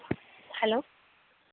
hello